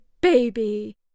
baby